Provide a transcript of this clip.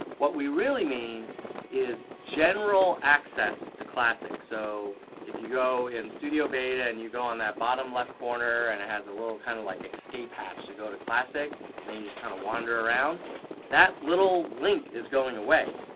what we really mean is general access to classic so if you go in studio beta and you go on that bottom left corner and it has a little kind of like escape hatch to go to classic and you can just kind of wander around that little link is going away.